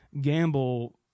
gamble